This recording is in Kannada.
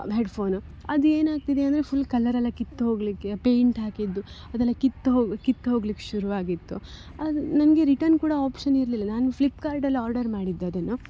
ಹೆಡ್ಫನ್ ಅದು ಏನಾಗ್ತಿದೆ ಅಂದರೆ ಫುಲ್ ಕಲರೆಲ್ಲ ಕಿತ್ತೋಗಲಿಕ್ಕೆ ಪೇಂಟ್ ಹಾಕಿದ್ದು ಅದೆಲ್ಲ ಕಿತ್ತೋಗಿ ಕಿತ್ತೋಗ್ಲಿಕೆ ಶುರುವಾಗಿತ್ತು ಅದು ನನಗೆ ರಿಟರ್ನ್ ಕೂಡ ಆಪ್ಷನ್ ಇರಲಿಲ್ಲ ನಾನು ಫ್ಲಿಪ್ಕಾರ್ಟಲ್ಲಿ ಆರ್ಡರ್ ಮಾಡಿದ್ದು ಅದನ್ನು